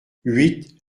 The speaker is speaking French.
huit